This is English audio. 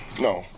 no